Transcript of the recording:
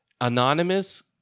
anonymous